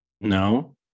No